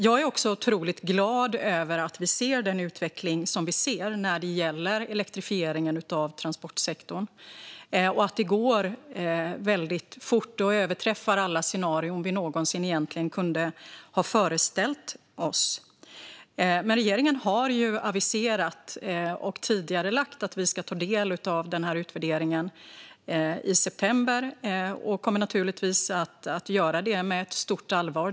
Jag är också otroligt glad över att vi ser den utveckling som vi ser när det gäller elektrifieringen av transportsektorn och att det går väldigt fort och överträffar alla scenarier vi någonsin egentligen kunde ha föreställt oss. Men regeringen har ju aviserat, och tidigarelagt, att vi ska ta del av den här utvärderingen i september. Vi kommer naturligtvis att göra det med ett stort allvar.